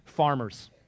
farmers